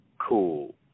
cool